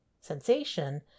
sensation